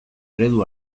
eredu